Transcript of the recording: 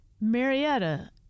Marietta